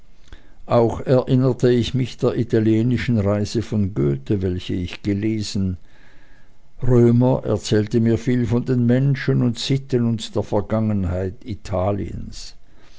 auch erinnerte ich mich der italienischen reise von goethe welche ich gelesen römer erzählte mir viel von den menschen und sitten und der vergangenheit italiens